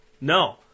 No